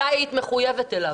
מתי היית מחויבת אליו?